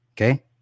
Okay